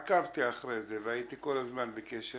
עקבתי אחרי זה והייתי כל הזמן בקשר